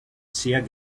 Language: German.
sehr